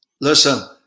listen